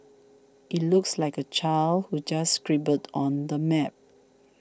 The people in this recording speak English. it looks like a child who just scribbled on the map